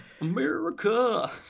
america